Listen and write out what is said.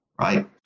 right